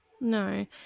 No